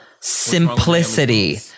simplicity